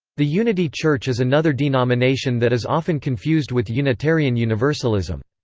the unity church is another denomination that is often confused with unitarian universalism.